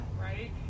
right